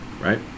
Right